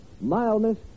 mildness